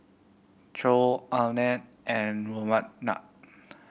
Choor Anand and Ramanand